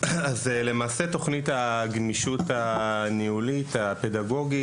תוכנית הגמישות הניהולית הפדגוגית